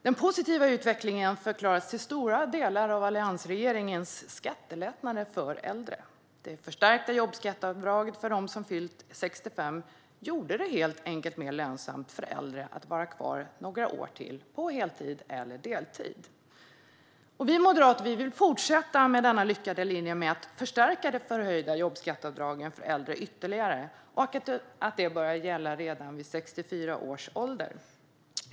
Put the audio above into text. Den positiva utvecklingen förklaras till stora delar av alliansregeringens skattelättnader för äldre. Det förstärkta jobbskatteavdraget för dem som fyllt 65 gjorde det helt enkelt mer lönsamt för äldre att vara kvar några år till, på heltid eller deltid. Vi moderater vill fortsätta med den lyckade linjen att förstärka de förhöjda jobbskatteavdragen för äldre ytterligare, och vi vill att de ska börja gälla redan vid 64 års ålder.